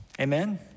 Amen